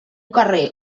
carrer